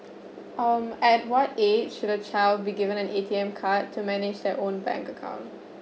um at what age should a child be given an A_T_M card to manage their own bank account